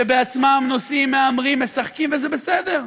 שבעצמם נוסעים, מהמרים, משחקים, וזה בסדר.